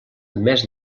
més